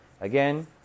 Again